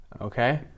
okay